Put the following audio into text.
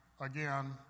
again